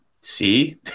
see